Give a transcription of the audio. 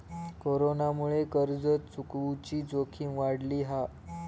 कोरोनामुळे कर्ज चुकवुची जोखीम वाढली हा